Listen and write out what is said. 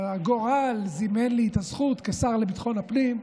הגורל זימן לי את הזכות, כשר לביטחון הפנים,